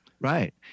Right